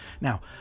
Now